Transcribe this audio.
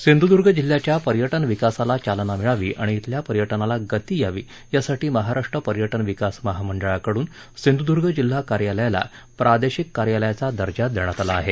सिंधुद्र्य जिल्ह्याच्या पर्यटन विकासाला चालना मिळावी आणि खिल्या पर्यटनाला गती यावी यासाठी महाराष्ट्र पर्यटन विकास महामंडळाकडून सिंधुद्र्ग जिल्हा कार्यालयाला प्रादेशिक कार्यालयाचा दर्जा देण्यात आला आहे